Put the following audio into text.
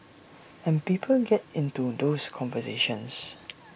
and people get into those conversations